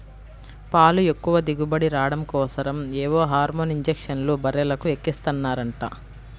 పాలు ఎక్కువ దిగుబడి రాడం కోసరం ఏవో హార్మోన్ ఇంజక్షన్లు బర్రెలకు ఎక్కిస్తన్నారంట